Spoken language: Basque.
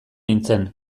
nintzen